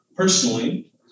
Personally